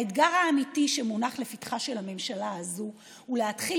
האתגר האמיתי שמונח לפתחה של הממשלה הזאת הוא להתחיל